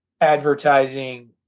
Advertising